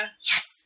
Yes